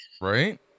Right